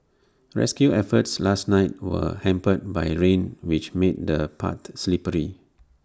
rescue efforts last night were hampered by rain which made the paths slippery